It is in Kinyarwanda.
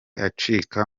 acika